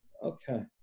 Okay